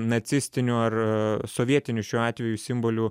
nacistinių ar sovietinių šiuo atveju simbolių